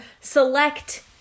select